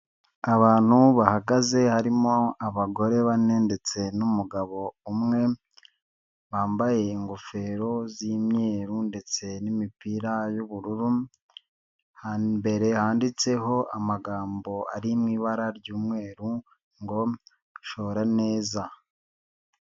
Abantu bahagaze harimo abagore bane ndetse n'umugabo umwe, bambaye ingofero z'imyeru, ndetse n'imipira y'ubururu, imbere handitseho amagambo ari mu ibara ry'umweru, ngo shora neza.